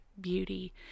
beauty